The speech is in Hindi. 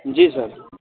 जी सर